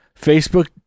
Facebook